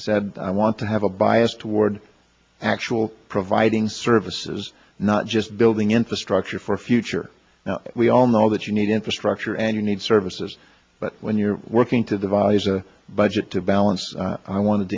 said i want to have a bias toward actually providing services not just having infrastructure for a future now we all know that you need infrastructure and you need services but when you're working to devise a budget to balance i wanted